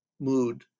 mood